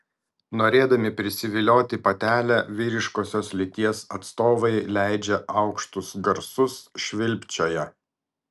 norėdami prisivilioti patelę vyriškosios lyties atstovai leidžia aukštus garsus švilpčioja